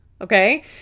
okay